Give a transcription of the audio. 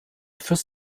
fürs